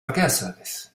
verkehrsservice